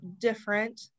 different